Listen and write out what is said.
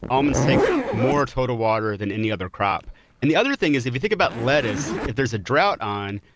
almonds take more total water than any other crop and the other thing is if you think about lettuce, if there's a drought on,